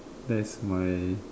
that's my